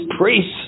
priests